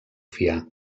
fiar